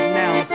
now